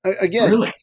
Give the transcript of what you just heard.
Again